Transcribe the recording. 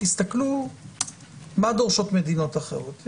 תסתכלו מה דורשות מדינות אחרות.